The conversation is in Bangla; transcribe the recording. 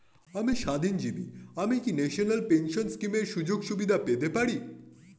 আমি স্বাধীনজীবী আমি কি ন্যাশনাল পেনশন স্কিমের সুযোগ সুবিধা পেতে পারি?